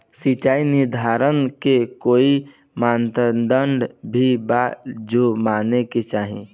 सिचाई निर्धारण के कोई मापदंड भी बा जे माने के चाही?